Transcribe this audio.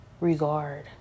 regard